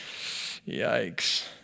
Yikes